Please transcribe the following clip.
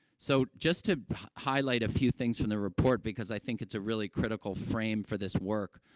so, just to highlight a few things from the report, because i think it's a really critical frame for this work